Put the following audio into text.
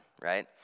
right